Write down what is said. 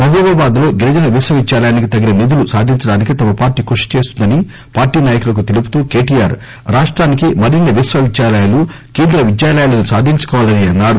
మహబూబాబాద్ లో గిరిజన విశ్వ విద్యాలయానికి తగిన నిధులు సాధించడానికి తమ పార్టీ కృషి చేస్తుందని పార్టీ నాయకులకు తెలుపుతూ కెటిఆర్ రాష్టానికి మరిన్ని విశ్వవిద్యాలయాలు కేంద్ర విద్యాలయాలను సాధించుకోవాలని అన్సారు